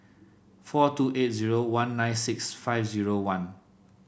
four two eight zero one nine six five zero one